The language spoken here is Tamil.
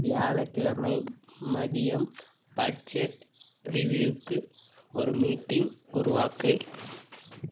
வியாழக்கிழமை மதியம் பட்ஜெட் ரிவ்யூவுக்கு ஒரு மீட்டிங் உருவாக்கு